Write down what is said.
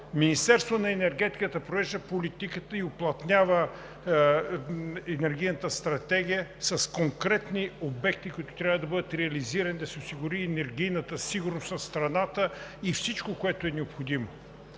Министерството на енергетиката провежда политиката и уплътнява Енергийната стратегия с конкретни обекти, които трябва да бъдат реализирани, за да се гарантира енергийната сигурност на страната и всичко, което е необходимо